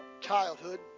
childhood